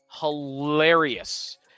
hilarious